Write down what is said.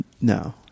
No